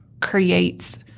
creates –